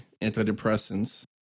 antidepressants